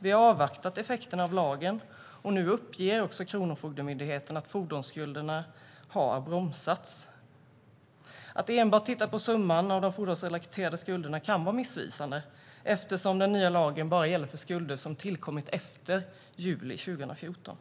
Vi har avvaktat effekterna av lagen, och nu uppger Kronofogdemyndigheten att fordonsskulderna har bromsats. Att enbart titta på summan av de fordonsrelaterade skulderna kan vara missvisande eftersom den nya lagen bara gäller för skulder som tillkommit efter juli 2014.